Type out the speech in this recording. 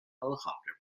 helicopter